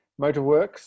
Motorworks